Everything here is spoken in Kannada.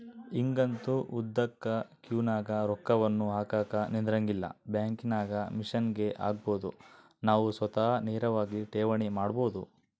ಈಗಂತೂ ಉದ್ದುಕ ಕ್ಯೂನಗ ರೊಕ್ಕವನ್ನು ಹಾಕಕ ನಿಂದ್ರಂಗಿಲ್ಲ, ಬ್ಯಾಂಕಿನಾಗ ಮಿಷನ್ಗೆ ಹಾಕಬೊದು ನಾವು ಸ್ವತಃ ನೇರವಾಗಿ ಠೇವಣಿ ಮಾಡಬೊದು